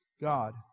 God